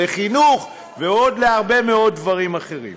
לחינוך ועוד להרבה מאוד דברים אחרים.